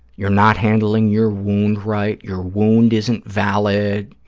you're not handling your wound right, your wound isn't valid,